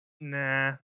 Nah